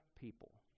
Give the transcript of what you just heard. people